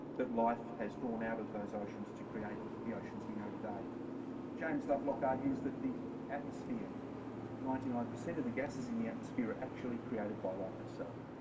that life has drawn out of those oceans to create the oceans we know today. james lovelock argues that the atmosphere ninety nine percent of the gases in the atmosphere are actually created by life itself.